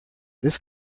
this